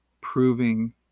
proving